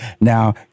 Now